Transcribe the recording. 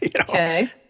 Okay